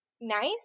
nice